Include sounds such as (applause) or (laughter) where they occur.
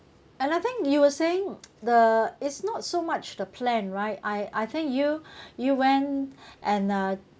I think you were saying (noise) the it's not so much to plan right I I think you you went and uh